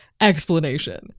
Explanation